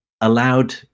allowed